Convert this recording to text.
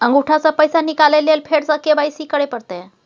अंगूठा स पैसा निकाले लेल फेर स के.वाई.सी करै परतै?